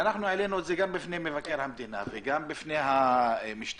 העלינו את זה גם בפני מבקר המדינה וגם בפניה משטרה,